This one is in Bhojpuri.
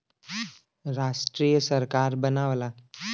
राष्ट्रीय सरकार बनावला